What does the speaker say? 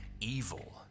evil